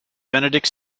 benedict